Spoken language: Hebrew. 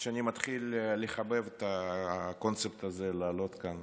האמת היא שאני מתחיל לחבב את הקונספט הזה לעלות לכאן